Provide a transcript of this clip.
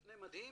המבנה מדהים.